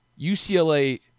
UCLA